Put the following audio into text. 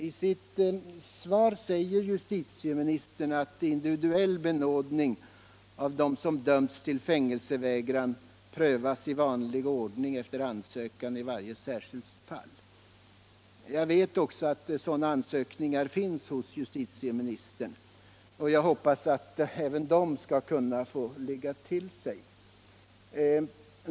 I sitt svar säger justitieministern att individuell bedömning av dem som dömts till fängelse för vapenvägran prövas i vanlig ordning efter ansökan i varje särskilt fall. Jag vet också att sådana ansökningar finns hos justitieministern, och jag hoppas att även de kan få ligga till sig.